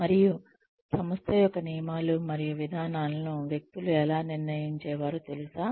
మరియు సంస్థ యొక్క నియమాలు మరియు విధానాలను వ్యక్తులు ఎలా నిర్ణయించేవారో తెలుసా